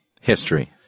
history